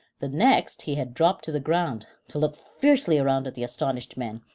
the next he had dropped to the ground, to look fiercely round at the astonished men,